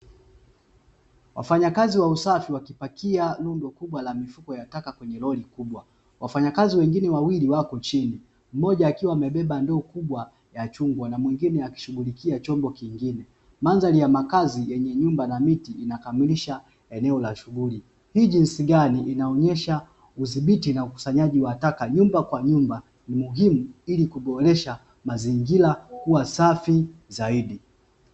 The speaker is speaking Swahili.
Wafanyakazi wa usafi wamepakia rundo kubwa la mifuko ya taka kwenye lori kubwa ,wafanyakazi wengine wawili wako chini mmoja akiwa amebeba ndoo kubwa ya chungwa na mwingine akishughulikia chombo kingine ,madhari ya makazi yenye nyumbana miti inakamilisha eneo la shughuli, hii jinsi gani inaonyesha uthibiti na ukusanyaji wa taka nyumba kwa nyumba ni muhimu ili kuboresha mazingira huwa safi zaidi.